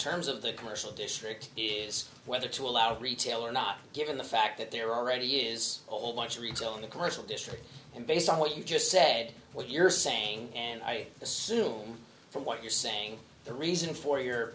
terms of the commercial district is whether to allow retail or not given the fact that they're already years old like retail in the commercial district and based on what you just said what you're saying and i assume from what you're saying the reason for your